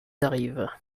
arrive